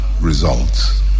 results